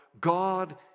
God